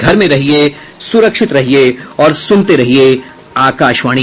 घर में रहिये सुरक्षित रहिये और सुनते रहिये आकाशवाणी